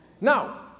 Now